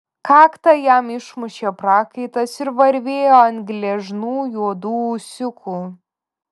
kaktą jam išmušė prakaitas ir varvėjo ant gležnų juodų ūsiukų